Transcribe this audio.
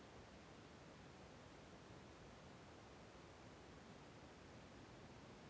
ಬಾಸ್ಮತಿ ಅಕ್ಕಿ ಬೆಳಿಯಕ ಎಂಥ ಮಣ್ಣು ಮತ್ತು ಪರಿಸರದ ಬೇಕಾಗುತೈತೆ?